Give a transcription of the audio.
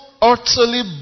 utterly